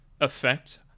effect